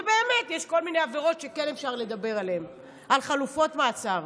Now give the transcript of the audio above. באמת יש כל מיני עבירות שכן אפשר לדבר בהן על חלופות מאסר.